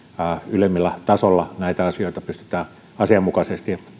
ylemmillä tasoilla näistä asioista pystytään asianmukaisesti